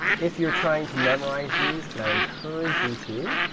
if you're trying to memorize these and i encourage you to,